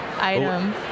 item